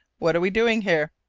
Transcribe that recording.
what are we doing here?